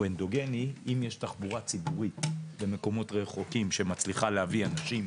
הוא אנדוגני אם יש תחבורה ציבורית במקומות רחוקים שמצליחה להביא אנשים